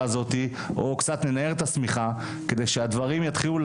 או שהתלמיד יקבל את המינימום שהוא פלט המערכת,